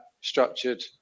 structured